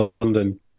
London